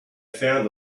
found